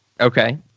Okay